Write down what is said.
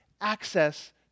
access